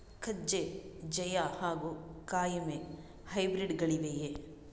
ಕಜೆ ಜಯ ಹಾಗೂ ಕಾಯಮೆ ಹೈಬ್ರಿಡ್ ಗಳಿವೆಯೇ?